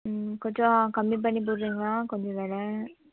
ம் கொஞ்சம் கம்மி பண்ணி போட்றீங்களா கொஞ்சம் வில